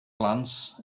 glance